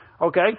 Okay